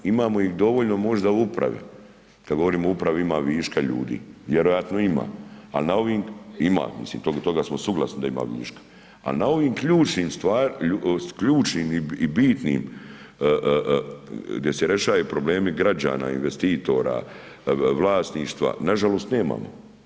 Imamo ih dovoljno možda u upravi, kad govorimo o upravi ima viška ljudi, vjerojatno ima al na ovim, ima mislim toga smo suglasni da ima viška, al na ovim ključnim i bitnim gdje se rešaje problemi građana, investitora, vlasništva nažalost nemamo.